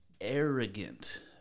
arrogant